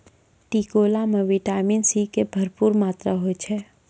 टिकोला मॅ vitamin C के भरपूर मात्रा होय छै